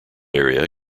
area